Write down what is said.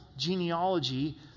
genealogy